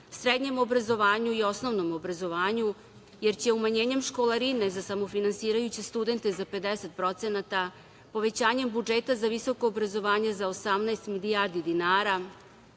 srednjem obrazovanju i osnovnom obrazovanju, jer će umanjenjem školarine za samofinansirajuće studente za 50%, povećanjem budžeta za visoko obrazovanje za 18 milijardi dinara